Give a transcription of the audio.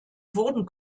wurden